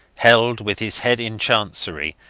held with his head in chancery,